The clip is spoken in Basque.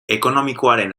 ekonomikoaren